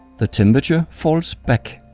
the temperature falls back.